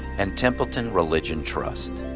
and templeton religion trust.